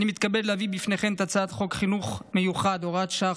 אני מתכבד להביא בפניכם את הצעת חוק חינוך מיוחד (הוראת שעה,